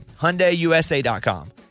HyundaiUSA.com